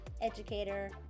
educator